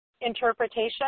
interpretation